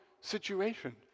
situation